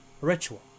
ritual